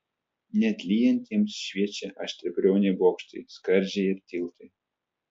net lyjant jiems šviečia aštriabriauniai bokštai skardžiai ir tiltai